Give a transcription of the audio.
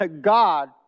God